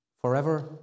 Forever